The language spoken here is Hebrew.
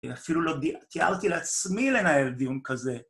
אפילו לא די-תיארתי לעצמי לנהל דיון כזה.